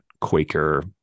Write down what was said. Quaker